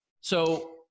So-